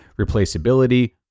replaceability